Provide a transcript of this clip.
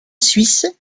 suisse